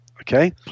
Okay